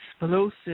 explosive